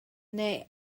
neu